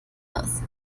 das